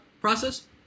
process